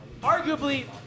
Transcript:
arguably